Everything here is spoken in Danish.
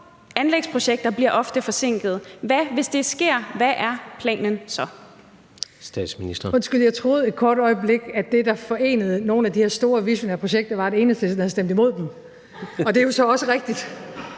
anlægsprojekter bliver ofte forsinkede. Hvis det sker, hvad er planen så?